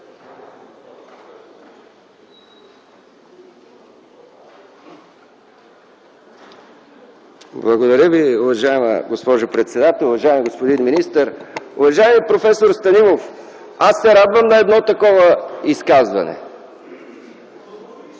Благодаря Ви, уважаема госпожо председател. Уважаеми господин министър! Уважаеми проф. Станилов, аз се радвам на едно такова изказване.